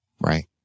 Right